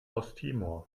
osttimor